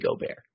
Gobert